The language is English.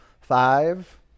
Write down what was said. Five